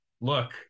look